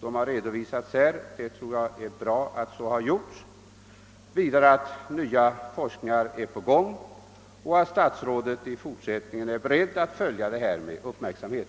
Det är bra att denna redovisning gjorts här. Vidare är det bra att ny forskning är på gång och att statsrådet är beredd att i fortsättningen följa frågan med uppmärksamhet.